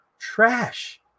trash